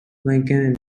blinking